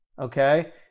Okay